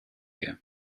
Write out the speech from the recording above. you